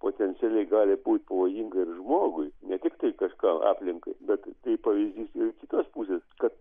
potencialiai gali būti pavojinga ir žmogui ne tiktai kažkam aplinkai bet tai pavyzdys ir iš kitos pusės kad